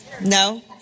No